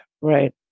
Right